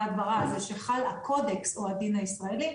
הדברה זה שחל הקודקס או הדין הישראלי,